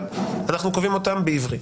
אבל אנחנו קובעים אותן בעברי.